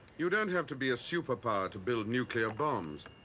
you don't have to be a superpower to build nuclear bombs,